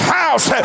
house